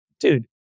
Dude